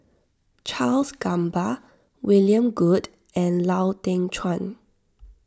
Charles Gamba William Goode and Lau Teng Chuan